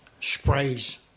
sprays